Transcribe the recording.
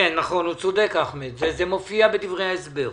נכון, הוא צודק אחמד, זה מופיע בדברי ההסבר.